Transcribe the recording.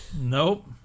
Nope